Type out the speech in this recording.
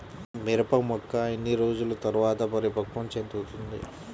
మిరప మొక్క ఎన్ని రోజుల తర్వాత పరిపక్వం చెందుతుంది?